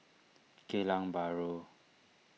Geylang Bahru